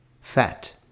fat